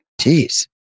Jeez